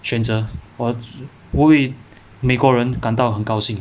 选择我我为美国人感到很高兴